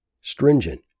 stringent